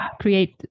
create